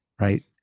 right